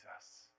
Jesus